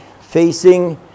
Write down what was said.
facing